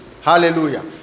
Hallelujah